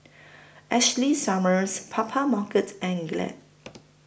Ashley Summers Papermarket and Glade